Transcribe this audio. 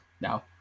No